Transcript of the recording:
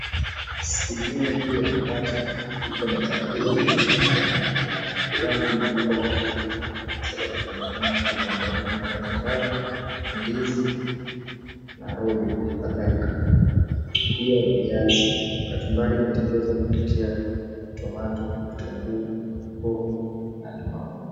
Sinia hii ya mabati iko na chakula aina ya pilau. Pilau hii imepikwa kwa kuku kwa sababu kuna nyama ya kuku kando yake kuna kachumbari, ndizi na rojo na kadhalika. Pia viazi kachumbari imetengenezwa kupitia tomato , kitunguu, hoho na limau.